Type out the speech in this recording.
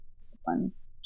disciplines